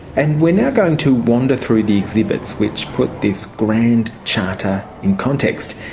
and we're now going to wander through the exhibits, which put this grand charter in context,